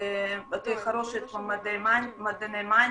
בתי חרושת כמו מעדני מניה,